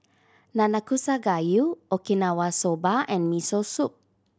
Nanakusa Gayu Okinawa Soba and Miso Soup